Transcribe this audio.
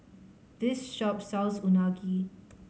this shop sells Unagi